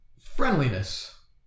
friendliness